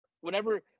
Whenever